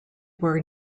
were